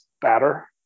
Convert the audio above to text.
better